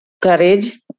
courage